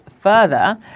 further